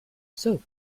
soap